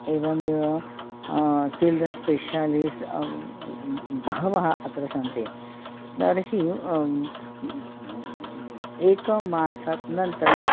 एवमेव children's specialist बहवः अत्र सन्ति तर्हि एकमासात् अनन्तरं